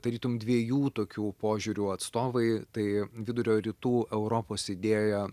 tarytum dviejų tokių požiūrių atstovai tai vidurio rytų europos idėją